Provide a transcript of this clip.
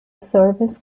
service